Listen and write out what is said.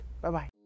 Bye-bye